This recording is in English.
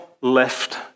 left